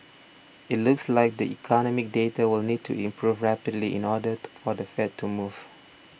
it looks like the economic data will need to improve rapidly in order to for the Fed to move